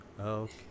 Okay